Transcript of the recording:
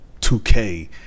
2K